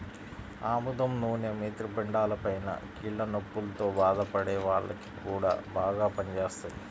ఆముదం నూనె మూత్రపిండాలపైన, కీళ్ల నొప్పుల్తో బాధపడే వాల్లకి గూడా బాగా పనిజేత్తది